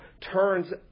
turns